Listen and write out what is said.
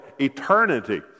eternity